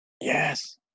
Yes